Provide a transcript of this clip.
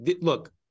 look